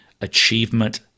achievement